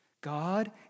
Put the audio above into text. God